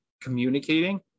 communicating